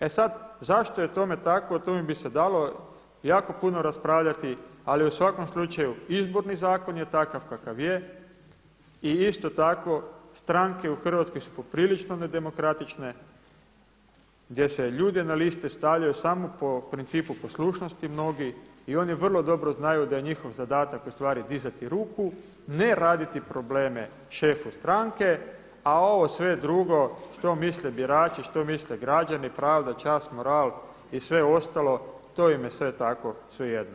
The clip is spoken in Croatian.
E sada, zašto je tome tako, o tome bi se dalo jako puno raspravljati ali u svakom slučaju Izborni zakon je takav kakav je i isto tako stranke u Hrvatskoj su poprilično nedemokratične, gdje se ljude na liste stavljaju samo po principu poslušnosti mnogi i oni vrlo dobro znaju da je njihov zadatak ustvari dizati ruku, ne raditi probleme šefu stranke a ovo sve drugo što misle birači, što misle građani, pravda, čast, moral i sve ostalo to im je sve tako svejedno.